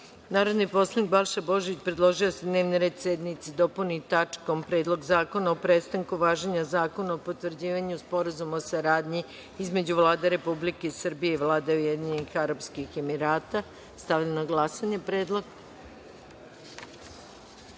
predlog. Narodni poslanik Balša Božović predložio je da se dnevni red sednice dopuni tačkom – Predlog zakona o prestanku važenja Zakona o potvrđivanju Sporazuma o saradnji između Vlade Republike Srbije i Vlade Ujedinjenih Arapskih Emirata. Stavljam na glasanje